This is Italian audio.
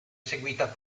seguita